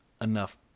enough